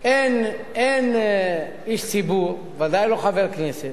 אין איש ציבור, בוודאי לא חבר כנסת,